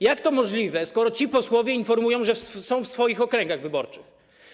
Jak to możliwe, skoro ci posłowie informują, że są w swoich okręgach wyborczych?